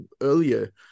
earlier